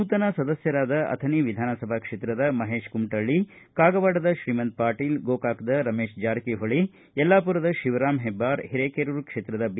ನೂತನ ಸದಸ್ಯರಾದ ಅಥಣಿ ವಿಧಾನಸಭಾ ಕ್ಷೇತ್ರದ ಮಹೇತ್ ಕುಮಟಳ್ಳಿ ಕಾಗವಾಡದ ಶ್ರೀಮಂತ್ ಪಾಟೀಲ್ ಗೋಕಾಕ್ದ ರಮೇಶ್ ಜಾರಕಿಹೊಳಿ ಯಲ್ಲಾಪುರದ ಶಿವರಾಮ್ ಹೆಬ್ದಾರ ಹಿರೇಕೆರೂರು ಕ್ಷೇತ್ರದ ಬಿ